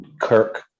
Kirk